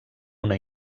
una